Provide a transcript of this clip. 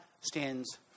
stands